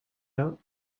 out